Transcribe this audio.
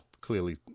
clearly